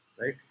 right